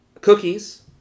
Cookies